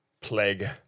plague